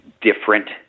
different